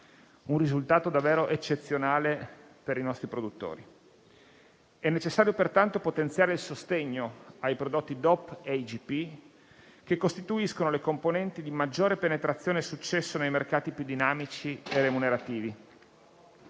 un risultato davvero eccezionale per i nostri produttori. È pertanto necessario potenziare il sostegno ai prodotti DOP e IGP, che costituiscono le componenti di maggiore penetrazione e successo nei mercati più dinamici e remunerativi.